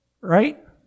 Right